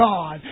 God